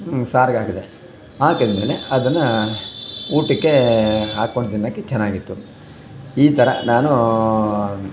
ಸಾರ್ಗೆ ಹಾಕ್ದೆ ಹಾಕಿದಮೇಲೆ ಅದನ್ನು ಊಟಕ್ಕೆ ಹಾಕೊಂಡು ತಿನ್ನೊಕೆ ಚೆನ್ನಾಗಿತ್ತು ಈ ಥರ ನಾನು